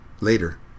Later